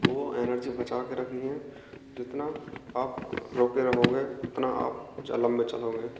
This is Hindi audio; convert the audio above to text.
वो एनर्जी बचा के रखनी है जितना आप रोक के रहोगे उतना आप जालम में चलोगे